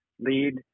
lead